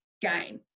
gain